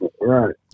Right